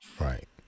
Right